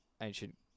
ancient